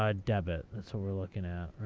um debit. that's what we're looking at,